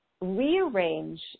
rearrange